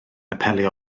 apelio